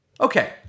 Okay